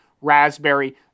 raspberry